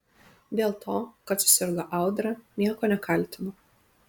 dėl to kad susirgo audra nieko nekaltina